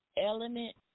element